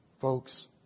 Folks